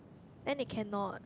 then they cannot